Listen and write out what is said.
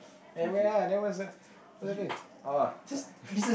eh wait ah there was a oh